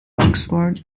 oxford